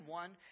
one